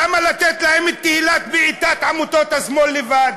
למה לתת להם את תהילת בעיטת עמותות השמאל לבד?